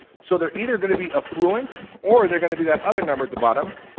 so they're either going to be affluent or they're going to be that other number at the bottom.